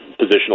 positional